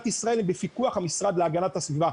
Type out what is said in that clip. ישראל הן בפיקוח המשרד להגנת הסביבה.